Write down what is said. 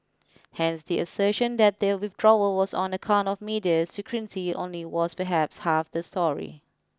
hence the assertion that the withdrawal was on account of media scrutiny only was perhaps half the story